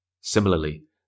Similarly